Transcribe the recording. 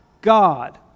God